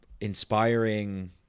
inspiring